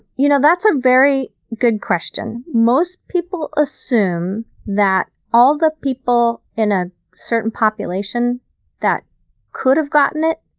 you know, that's a very good question. most people assume that all the people in a certain population that could have gotten it,